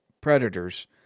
predators